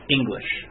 English